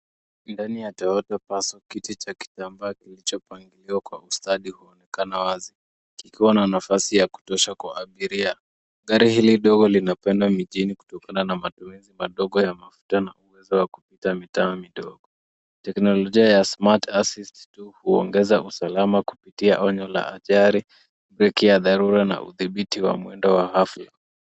Ndani ya Toyota Passo, kiti cha kitambaa kilichopangiliwa kwa ustadi huonekana wazi kikiwa na nafasi ya kutosha kwa abiria. Gari hili ndogo linapendwa mijini kutokana na matumizi madogo ya mafuta na uwezo wa kupita mitaa midogo. Teknolojia ya Smart Assist 2 huongeza usalama kupitia onyo la ajali, breki ya dharura na udhibiti wa mwendo wa hafla.